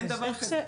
אין דבר כזה.